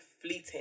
fleeting